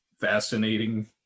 fascinating